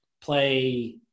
play